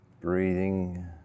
Breathing